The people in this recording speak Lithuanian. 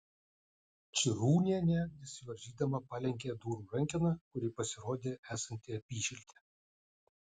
čirūnienė nesivaržydama palenkė durų rankeną kuri pasirodė esanti apyšiltė